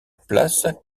place